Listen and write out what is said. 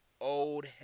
old